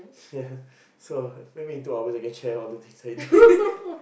ya so maybe in two hours I can share all the things I do